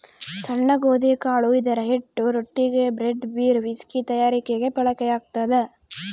ಸಣ್ಣ ಗೋಧಿಕಾಳು ಇದರಹಿಟ್ಟು ರೊಟ್ಟಿಗೆ, ಬ್ರೆಡ್, ಬೀರ್, ವಿಸ್ಕಿ ತಯಾರಿಕೆಗೆ ಬಳಕೆಯಾಗ್ತದ